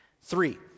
Three